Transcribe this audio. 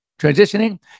transitioning